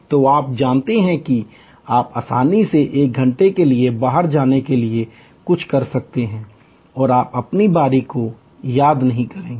तो आप जानते हैं कि आप आसानी से एक घंटे के लिए बाहर जाने के लिए कुछ कर सकते हैं और आप अपनी बारी को याद नहीं करेंगे